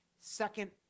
second